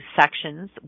sections